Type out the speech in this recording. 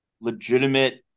legitimate